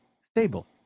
Stable